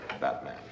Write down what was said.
Batman